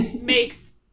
makes